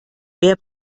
wer